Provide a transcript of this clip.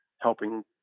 helping